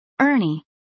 Ernie